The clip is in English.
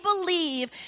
believe